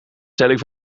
stelling